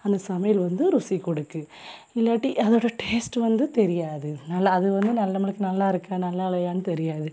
அந்த சமையல் வந்து ருசி கொடுக்கு இல்லாட்டி அதோடய டேஸ்ட்டு வந்து தெரியாது நல்லா அது வந்து நல்ல நம்மளுக்கு நல்லாயிருக்கா நல்லாயில்லையான்னு தெரியாது